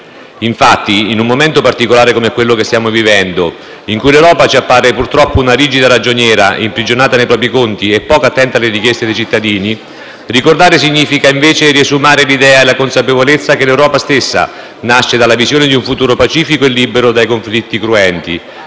Infatti, in un momento particolare come quello che stiamo vivendo, in cui l'Europa ci appare purtroppo una rigida ragioniera imprigionata nei propri conti e poco attenta alle richieste dei cittadini, ricordare significa invece riesumare l'idea e la consapevolezza che l'Europa stessa nasce dalla visione di un futuro pacifico e libero da conflitti cruenti,